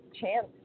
chance